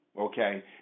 okay